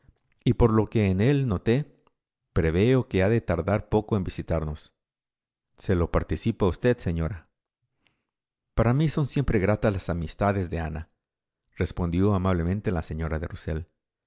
y por lo que en él noté preveo que ha de tardar poco en visitarlos se lo participo a usted señora para mí son siempre gratas las amistades de anarespondió amablemente la señora de